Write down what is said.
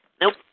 nope